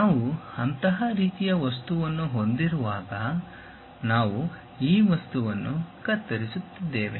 ನಾವು ಅಂತಹ ರೀತಿಯ ವಸ್ತುವನ್ನು ಹೊಂದಿರುವಾಗ ನಾವು ಈ ವಸ್ತುವನ್ನು ಕತ್ತರಿಸುತ್ತಿದ್ದೇವೆ